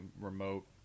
remote –